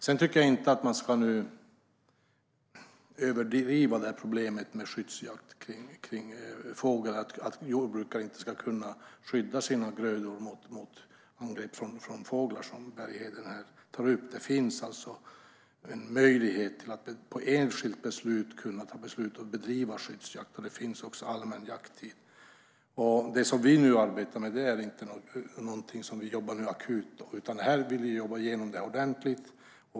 Sedan tycker jag inte att man ska överdriva problemet med skyddsjakt av fågel och få det att framstå som att jordbrukare inte kan skydda sina grödor från fåglar, vilket Bergheden här tar upp. Det finns alltså en möjlighet att på enskilt initiativ bedriva skyddsjakt, och det finns också allmän jakttid. Det som vi nu arbetar med är inte någonting som vi gör akut, utan det här vill vi jobba igenom ordentligt.